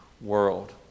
world